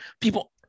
people